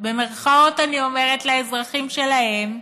במירכאות אני אומרת, לאזרחים שלהן,